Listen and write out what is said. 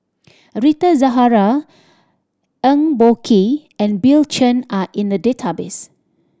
Rita Zahara Eng Boh Kee and Bill Chen are in the database